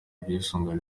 ubwisungane